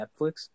Netflix